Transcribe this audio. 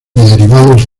derivados